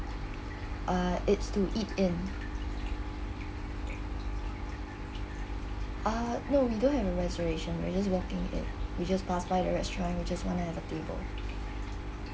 uh it's to eat in ah no we don't have a reservation we just walking in we just passed by the restaurant we just want to have a table